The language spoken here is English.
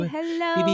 Hello